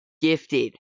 gifted